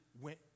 went